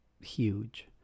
huge